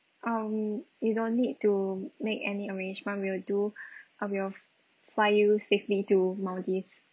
um you don't need to make any arrangement we will do of yours fly you safely to maldives